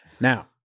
Now